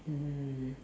mm